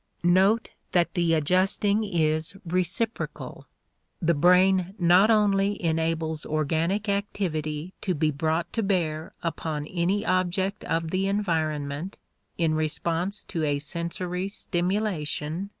note that the adjusting is reciprocal the brain not only enables organic activity to be brought to bear upon any object of the environment in response to a sensory stimulation,